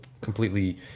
completely